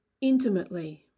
intimately